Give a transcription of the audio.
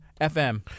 FM